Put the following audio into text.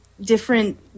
different